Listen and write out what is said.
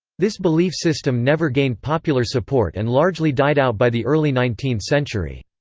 this belief system never gained popular support and largely died out by the early nineteenth century.